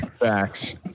Facts